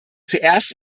zuerst